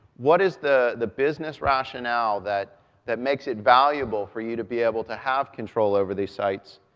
what is the the business rationale that that makes it valuable for you to be able to have control over these sites?